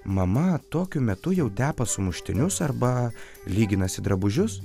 mama tokiu metu jau tepa sumuštinius arba lyginasi drabužius